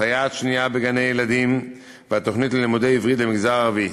סייעת שנייה בגני-ילדים והתוכנית ללימודי עברית למגזר הערבי.